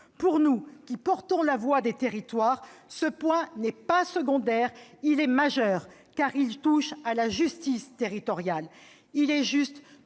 Pour nous qui portons la voix des territoires, ce point n'est pas secondaire ; il est majeur, car il touche à la justice territoriale. Il est juste que tous